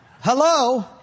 Hello